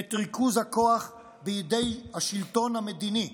את ריכוז הכוח בידי השלטון המדיני,